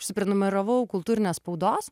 užsiprenumeravau kultūrinės spaudos